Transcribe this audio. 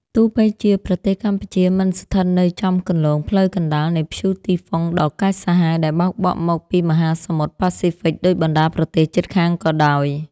ទោះបីជាប្រទេសកម្ពុជាមិនស្ថិតនៅចំគន្លងផ្លូវកណ្ដាលនៃព្យុះទីហ្វុងដ៏កាចសាហាវ ដែលបោកបក់មកពីមហាសមុទ្រប៉ាស៊ីហ្វិកដូចបណ្ដាប្រទេសជិតខាងក៏ដោយ។